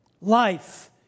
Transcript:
life